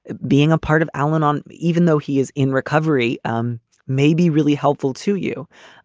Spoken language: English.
being a part of al-anon, even though he is in recovery, um may be really helpful to you.